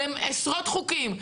עשרות חוקים,